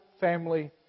family